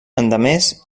endemés